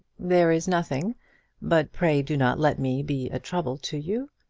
there is nothing but pray do not let me be a trouble to you.